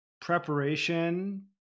preparation